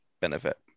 benefit